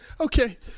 Okay